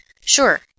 Sure